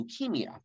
leukemia